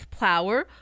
plower